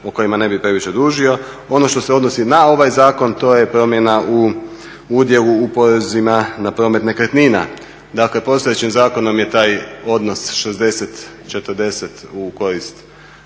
o kojima ne bi previše dužio. Ono što se odnosi na ovaj zakon to je promjena u udjelu u porezima na promet nekretnina. Dakle, postojećim zakonom je taj odnos 60:40 u koristi